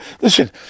listen